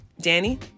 Danny